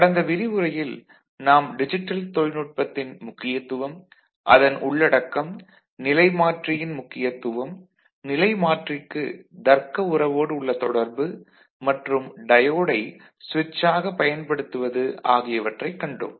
கடந்த விரிவுரையில் நாம் டிஜிட்டல் தொழில்நுட்பத்தின் முக்கியத்துவம் அதன் உள்ளடக்கம் நிலைமாற்றியின் முக்கியத்துவம் நிலைமாற்றிக்கு தர்க்க உறவோடு உள்ள தொர்பு மற்றும் டயோடை சுவிட்ச் ஆக பயன்படுத்துவது ஆகியவற்றைக் கண்டோம்